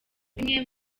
bimwe